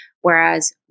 Whereas